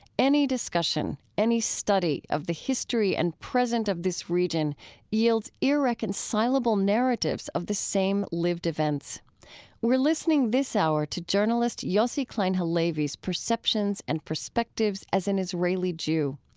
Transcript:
any discussion, any study of the history and present of this region yields irreconcilable narratives of the same lived events we're listening this hour to journalist yossi klein halevi's perceptions and perspectives as an israeli jew.